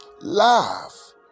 love